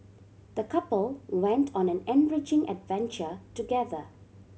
the couple went on an enriching adventure together